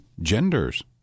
genders